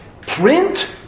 print